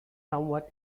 somewhat